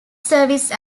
service